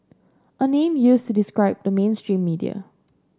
a name used to describe the mainstream media